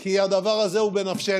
כי הדבר הזה הוא בנפשנו.